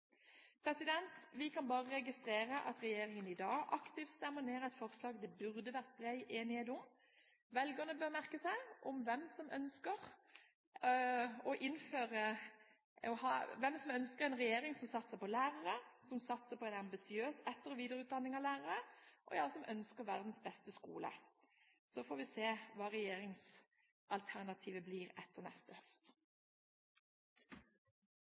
Vi kan bare registrere at regjeringen i dag aktivt stemmer ned et forslag det burde vært bred enighet om. Velgerne bør merke seg hvem som ønsker en regjering som satser på lærere, som satser på en ambisiøs etter- og videreutdanning av lærere – ja, som ønsker seg verdens beste skole. Så får vi se hva regjeringsalternativet blir etter neste høst.